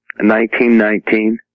1919